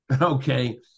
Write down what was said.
okay